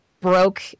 broke